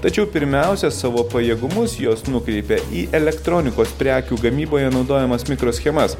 tačiau pirmiausia savo pajėgumus jos nukreipė į elektronikos prekių gamyboje naudojamas mikroschemas